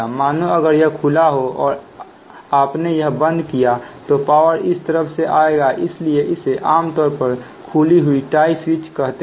मानो अगर यह खुला हो और आपने यह बंद किया तो पावर इस तरफ से आएगा इसीलिए इसे आमतौर पर खुली हुई टाइ स्विच कहते हैं